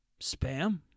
spam